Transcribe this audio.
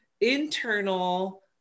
internal